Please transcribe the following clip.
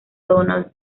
donald